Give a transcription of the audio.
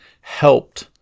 helped